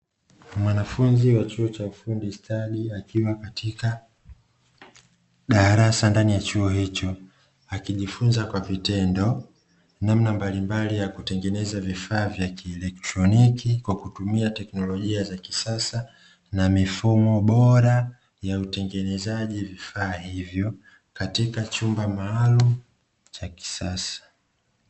Mwanafunzi wa chuo cha ufundi stadi, akiwa katika darasa ndani ya chuo hicho akijifunza kwa vitendo namna mbalimbali ya kutengeneza vifaa vya kielektroniki kwa kutumia teknolojia za kisasa, na mifumo bora ya utengenezaji vifaa hivyo katika chumba maalumu cha kisasa.